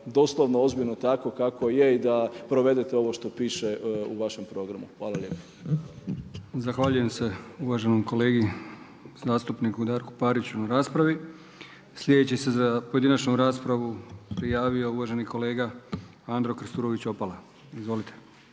doslovno ozbiljno tako kako je i da provedete ovo što piše u vašem programu. Hvala lijepa. **Brkić, Milijan (HDZ)** Zahvaljujem se uvaženom kolegi zastupniku Darku Pariću na raspravi. Sljedeći se za pojedinačnu raspravu prijavio uvaženi kolega Andro Krstulović Opara, izvolite.